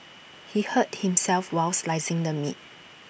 he hurt himself while slicing the meat